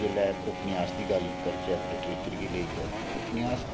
जोल्लै उपन्यास दी गल्ल करचै लिट्रेचर गी लेइयै उपन्यास